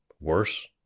worse